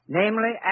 namely